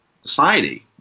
Society